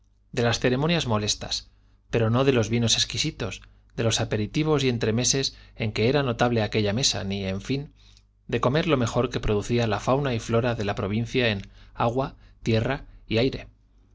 de las ceremonias molestas pero no de los vinos exquisitos de los aperitivos y entremeses en que era notable aquella mesa ni en fin de comer lo mejor que producía la fauna y la flora de la provincia en agua tierra y aire